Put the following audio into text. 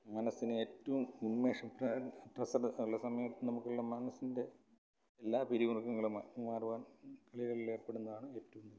മനസ്സിനെ ഏറ്റവും ഉന്മേഷം ട്രെസ്സ്ഡ് ഉള്ള സമയം നമ്മുക്കെല്ലാം മനസ്സിൻ്റെ എല്ലാ പിരിമുറുക്കങ്ങളും മാറുവാൻ കളികളിൽ ഏർപ്പെടുന്നതാണ് ഏറ്റവുംനല്ലത്